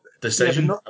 decision